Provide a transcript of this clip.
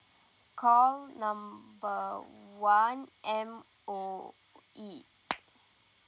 call number one M_O_E